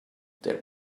there